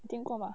听过吗